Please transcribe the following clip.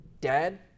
Dad